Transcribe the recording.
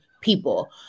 people